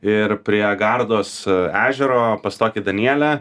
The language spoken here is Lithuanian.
ir prie gardos ežero pas tokį danielę